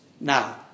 Now